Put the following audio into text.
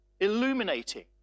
illuminating